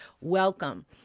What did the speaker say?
welcome